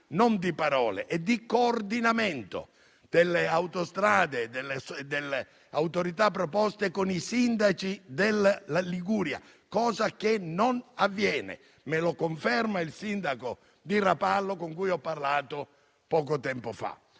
non di parole e di coordinamento delle autostrade e delle autorità preposte con i sindaci della Liguria, cosa che non avviene. Me lo conferma il sindaco di Rapallo con cui ho parlato poco tempo fa.